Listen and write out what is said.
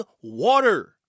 water